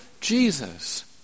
jesus